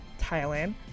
Thailand